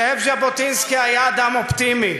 זאב ז'בוטינסקי היה אדם אופטימי,